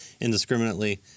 indiscriminately